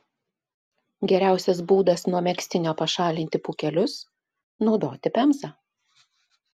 geriausias būdas nuo megztinio pašalinti pūkelius naudoti pemzą